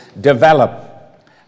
develop